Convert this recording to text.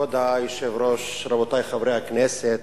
להסדר עם סוריה,